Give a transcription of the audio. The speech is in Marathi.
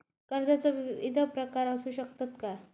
कर्जाचो विविध प्रकार असु शकतत काय?